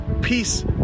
Peace